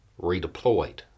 redeployed